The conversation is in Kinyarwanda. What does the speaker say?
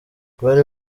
bari